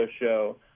show